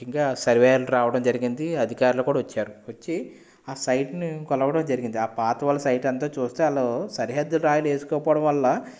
ముఖ్యంగా సర్వేయర్లు రావడం జరిగింది అధికారులు కూడా వచ్చారు వచ్చి ఆ సైట్ను కొలవడం జరిగింది ఆ పాత వాళ్ళ సైట్ అంతా చూస్తే వాళ్ళు సరిహద్దులు రాయిలు వేసుకోకపోవడం వల్ల